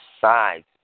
sides